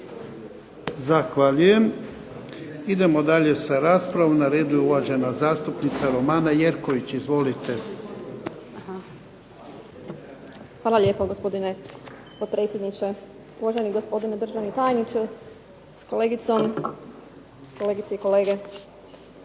Zahvaljujem. Idemo dalje s raspravom. Na redu je uvažena zastupnica Romana Jerković. Izvolite. **Jerković, Romana (SDP)** Hvala lijepo, gospodine potpredsjedniče. Uvaženi gospodine državni tajniče s kolegicom. Kolegice i kolege.